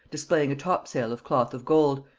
displaying a top-sail of cloth of gold,